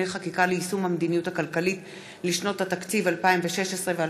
חקיקה ליישום המדיניות הכלכלית לשנות התקציב 2016 ו-2017),